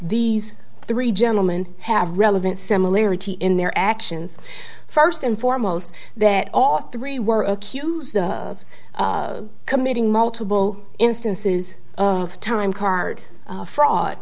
these three gentleman have relevant similarity in their actions first and foremost that all three were accused of committing multiple instances of time card fraud